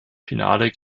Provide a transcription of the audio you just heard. finale